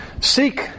Seek